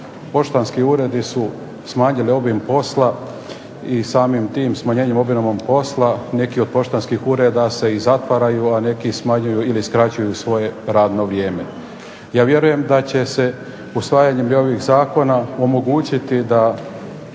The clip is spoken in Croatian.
Poštanski uredi su smanjili obim posla i samim tim smanjenjem obima posla neki od poštanskih ureda se i zatvaraju, a neki smanjuju ili skraćuju svoje radno vrijeme. Ja vjerujem da će se usvajanjem i ovih zakona omogućiti da